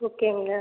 ஓகேங்க